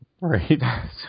Right